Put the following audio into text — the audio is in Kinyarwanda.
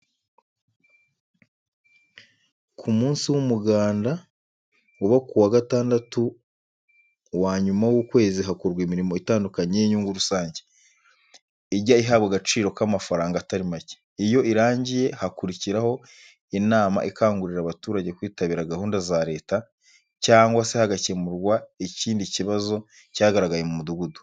Ku munsi w'umuganda uba ku wa Gatandatu wa nyuma w'ukwezi, hakorwa imirimo itandukanye y'inyungu rusange, ijya ihabwa agaciro k'amafaranga atari make, iyo irangiye hakurikiraho inama ikangurira abaturage kwitabira gahunda za Leta cyangwa se hagakemurwa ikindi kibazo cyagaragaye mu mudugudu.